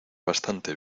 bastante